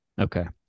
Okay